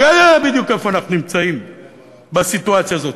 אולי הוא לא יודע בדיוק איפה אנחנו נמצאים בסיטואציה הזאת.